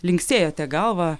linksėjote galva